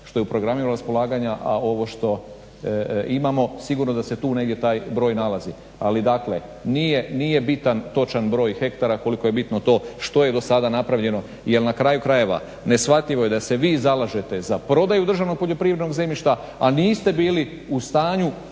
što je u programima raspolaganja, a ovo što imamo sigurno da se tu negdje taj broj nalazi. Ali dakle, nije bitan točan broj hektara koliko je bitno to što je do sada napravljeno. Jer na kraju krajeva neshvatljivo je da se vi zalažete za prodaju državnog poljoprivrednog zemljišta, a niste bili u stanju